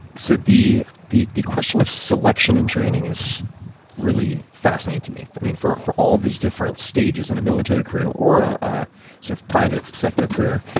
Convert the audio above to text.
so the the question of selection in training is really fascinating to me, for for all of these different stages in a military career, or a ah sort of private sector career.